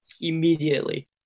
immediately